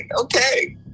Okay